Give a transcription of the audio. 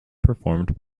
performed